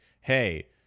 Hey